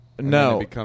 No